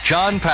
John